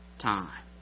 time